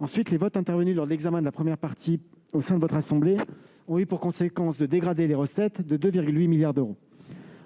ailleurs, les votes intervenus lors de l'examen de la première partie du texte au sein de votre assemblée ont eu pour conséquence de dégrader les recettes de 2,8 milliards d'euros.